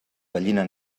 gallina